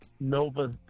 Nova